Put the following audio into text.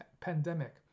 pandemic